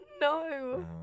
No